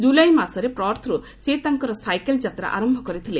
ଜୁଲାଇ ମାସରେ ପର୍ଥର୍ ସେ ତାଙ୍କର ସାଇକେଲ ଯାତା ଆରମ୍ଭ କରିଥିଲେ